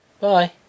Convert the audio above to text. Bye